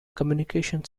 communication